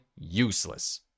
useless